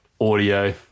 audio